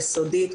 יסודית,